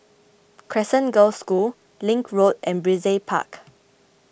Crescent Girls' School Link Road and Brizay Park